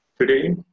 Today